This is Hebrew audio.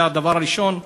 זה הדבר הראשון.